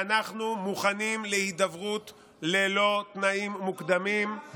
ואנחנו מוכנים להידברות ללא תנאים מוקדמים.